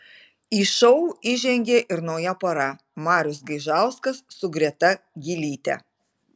į šou įžengė ir nauja pora marius gaižauskas su greta gylyte